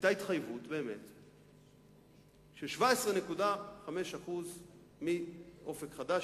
היתה התחייבות באמת של 17.5% ל"אופק חדש",